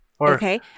Okay